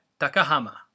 Takahama